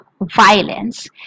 violence